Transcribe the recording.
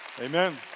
Amen